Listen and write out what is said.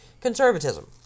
conservatism